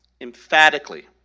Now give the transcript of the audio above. emphatically